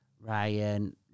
ryan